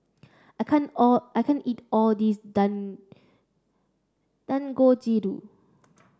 I can't all I can't eat all this Dangojiru